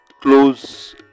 close